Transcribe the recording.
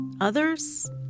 Others